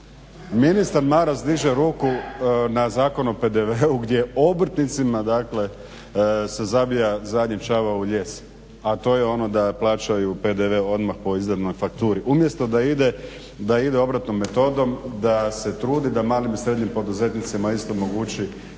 Ministar Maras diže ruku na Zakon o PDV-u gdje obrtnicima, dakle se zabija zadnji čavao u lijes a to je ono da plaćaju PDV odmah po izdanoj fakturi umjesto da ide obratnom metodom, da se trudi da malim i srednjim poduzetnicima isto omogući